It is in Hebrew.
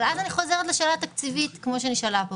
אבל אז אני חוזרת לשאלה התקציבית כמו שנשאלה פה,